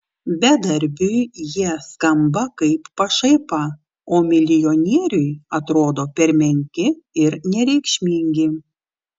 bedarbiui jie skamba kaip pašaipa o milijonieriui atrodo per menki ir nereikšmingi